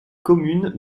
communes